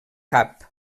cap